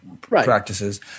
practices